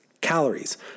Calories